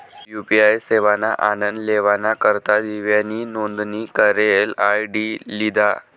UPI सेवाना आनन लेवाना करता दिव्यानी नोंदनी करेल आय.डी लिधा